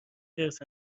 حرص